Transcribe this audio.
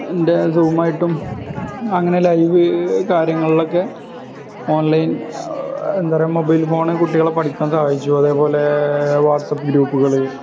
ൻ്റെ സൂമായിട്ടും അങ്ങനെ ലൈവ് കാര്യങ്ങളിലൊക്കെ ഓൺലൈൻ എന്താണു പറയുക മൊബൈൽ ഫോണ് കുട്ടികളെ പഠിക്കാൻ സഹായിച്ചു അതേപോലെ വാട്ട്സ് ആപ്പ് ഗ്രൂപ്പുകള്